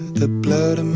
the blood um